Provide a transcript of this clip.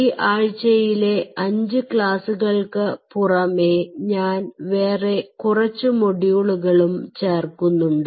ഈ ആഴ്ചയിലെ 5 ക്ലാസ്സുകൾക്ക് പുറമേ ഞാൻ വേറെ കുറച്ച് മൊഡ്യൂളുകളും ചേർക്കുന്നുണ്ട്